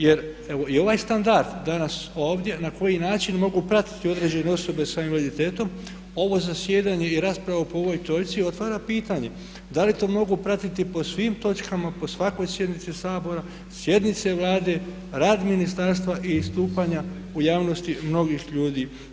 Jer evo i ovaj standard danas ovdje na koji način mogu pratiti određene osobe sa invaliditetom ovo zasjedanje i raspravu po ovoj točci otvara pitanje da li to mogu pratiti po svim točkama, po svakoj sjednici Sabora, sjednice Vlade, rad ministarstva i istupanja u javnosti mnogih ljudi.